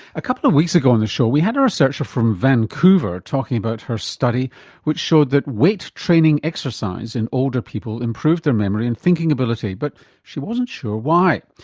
a couple of weeks ago on the show we had a researcher from vancouver talking about her study which showed that weight training exercise in older people improved their memory and thinking ability but she wasn't sure why.